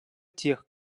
тех